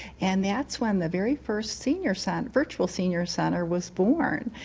and that's when the very first senior cent virtual senior center was born.